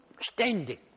standing